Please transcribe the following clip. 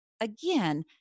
again